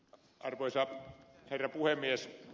arvoisa herra puhemies